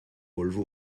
volvo